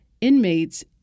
inmates